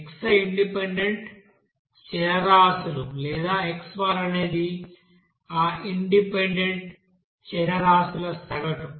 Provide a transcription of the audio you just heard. xi independent చరరాశులు లేదా x అనేది ఆ ఇండిపెండెంట్ చరరాశుల సగటు